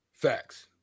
Facts